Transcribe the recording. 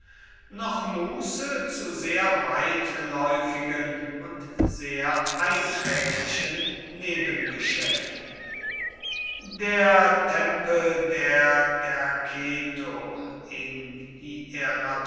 noch muße zu sehr weitläufigen und sehr einträglichen nebengeschäften der tempel der derketo in